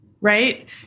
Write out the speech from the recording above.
right